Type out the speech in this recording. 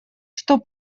что